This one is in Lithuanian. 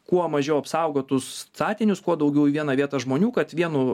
kuo mažiau apsaugotus statinius kuo daugiau į vieną vietą žmonių kad vienu